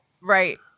Right